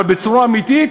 אבל בצורה אמיתית,